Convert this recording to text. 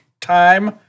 time